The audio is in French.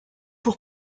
pour